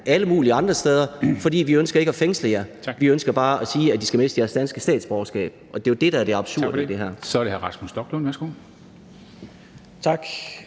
alle mulige andre steder, for vi ønsker ikke at fængsle jer, vi ønsker bare at sige, at I skal miste jeres danske statsborgerskab. Det er jo det, der er det absurde i det her. Kl. 13:13 Formanden (Henrik Dam